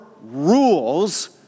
rules